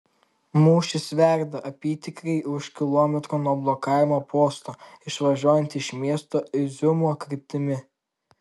mūšis verda apytikriai už kilometro nuo blokavimo posto išvažiuojant iš miesto iziumo kryptimi